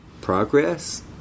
progress